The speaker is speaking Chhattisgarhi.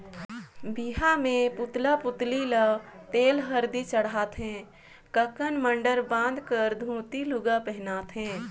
बिहा मे पुतला पुतली ल तेल हरदी चढ़ाथे ककन मडंर बांध कर धोती लूगा पहिनाथें